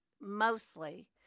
mostly